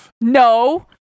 No